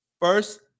first